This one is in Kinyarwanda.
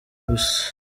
gusa